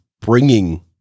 bringing